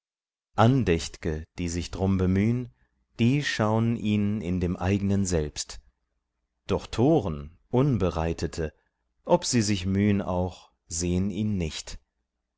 andächt'ge die sich drum bemühn die schaun ihn in dem eignen selbst doch toren unbereitete ob sie sich mühn auch sehn ihn nicht